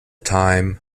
time